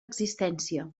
existència